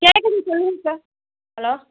கேட்குது சொல்லுங்கள் sir hello